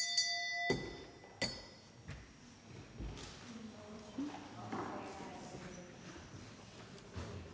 Hvad er det